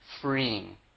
freeing